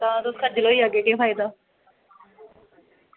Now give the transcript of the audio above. तां तुस खज्जल होई जाह्गे केह् फायदा